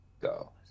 go